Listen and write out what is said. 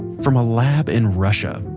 from a lab in russia,